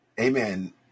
Amen